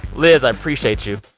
liz, i appreciate you.